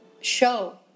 show